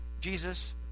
Jesus